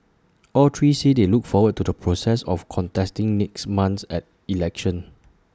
all three said they look forward to the process of contesting next month's election